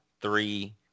three